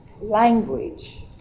language